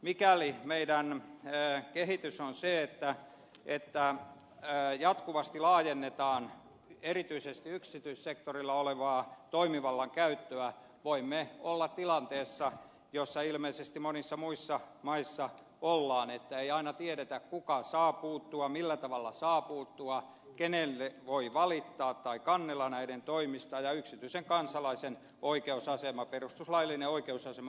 mikäli meidän kehityksemme on se että jatkuvasti laajennetaan erityisesti yksityissektorilla olevaa toimivallan käyttöä voimme olla tilanteessa jossa ilmeisesti monissa muissa maissa ollaan että ei aina tiedetä kuka saa puuttua millä tavalla saa puuttua kenelle voi valittaa tai kannella näistä toimista ja yksityisen kansalaisen perustuslaillinen oikeusasema vaarantuu